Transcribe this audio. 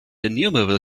innumerable